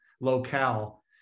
locale